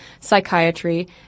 psychiatry